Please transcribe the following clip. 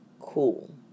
cool